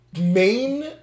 main